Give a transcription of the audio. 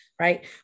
right